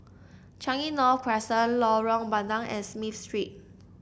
Changi North Crescent Lorong Bandang and Smith Street